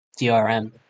DRM